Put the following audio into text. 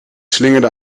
slingerde